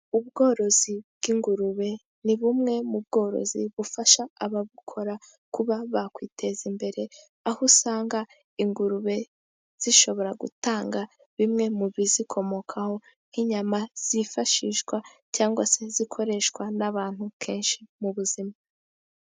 Ubworozi bw'ingurube ni bumwe mu bworozi bufasha ababukora kuba bakwiteza imbere. Aho usanga ingurube zishobora gutanga bimwe mu bizikomokaho nk'inyama zifashishwa, cyangwa se zikoreshwa n'abantu kenshi mu buzima.